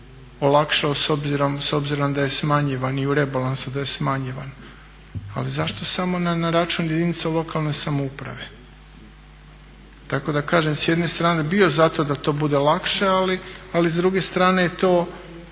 s obzirom da je smanjivan i u rebalansu da je smanjivan. Ali zašto samo na račun jedinica lokalne samouprave? Tako da kažem s jedne strane bio za to da to bude lakše, ali s druge strane je to